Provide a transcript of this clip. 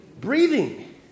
Breathing